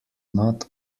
not